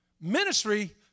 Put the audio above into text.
ministry